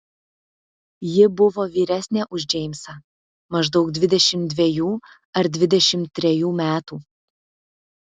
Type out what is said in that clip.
ji buvo vyresnė už džeimsą maždaug dvidešimt dvejų ar dvidešimt trejų metų